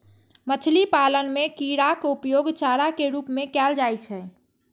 मछली पालन मे कीड़ाक उपयोग चारा के रूप मे कैल जाइ छै